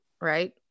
right